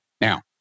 Now